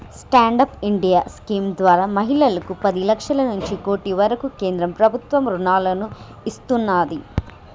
stand up India scheme ద్వారా మహిళలకు పది లక్షల నుంచి కోటి వరకు కేంద్ర ప్రభుత్వం రుణాలను ఇస్తున్నాది